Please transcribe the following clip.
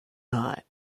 not